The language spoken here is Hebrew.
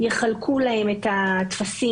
יחלקו להם את הטפסים,